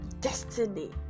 destiny